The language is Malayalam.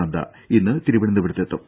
നദ്ദ ഇന്ന് തിരുവനന്തപുരത്തെത്തും